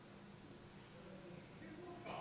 שירותי